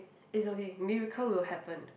it's okay miracle will happen